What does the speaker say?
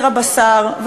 החיים.